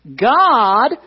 God